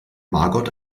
margot